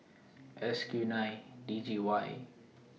S Q nine D G Y